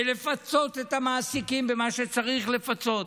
ולפצות את המעסיקים במה שצריך לפצות.